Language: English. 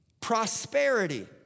prosperity